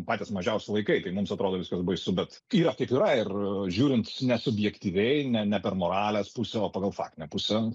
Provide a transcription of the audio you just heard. patys mažiausi laikai tai mums atrodo viskas baisu bet yra kaip yra ir žiūrint ne subjektyviai ne ne per moralės pusę o pagal faktinę pusę